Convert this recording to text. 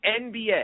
NBA